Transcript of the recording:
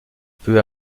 peu